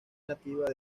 nativa